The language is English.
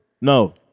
No